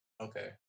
Okay